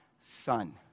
son